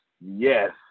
yes